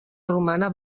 romana